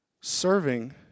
Serving